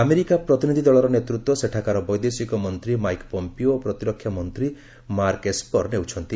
America ପ୍ରତିନିଧି ଦଳର ନେତୃତ୍ୱ ସେଠାକାର ବୈଦେଶିକ ମନ୍ତ୍ରୀ ମାଇକ ପମ୍ପିଓ ଓ ପ୍ରତିରକ୍ଷାମନ୍ତ୍ରୀ ମାର୍କ ଏସ୍ପର ନେଉଛନ୍ତି